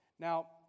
Now